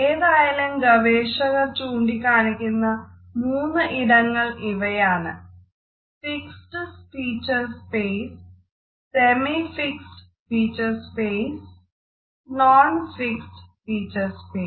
ഏതായാലും ഗവേഷകർ ചൂണ്ടിക്കാണിക്കുന്ന മൂന്ന് ഇടങ്ങൾ ഇവയാണ് -ഫിക്സഡ് ഫീച്ചർ സ്പേസ്